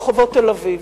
ברחובות תל-אביב,